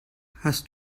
hast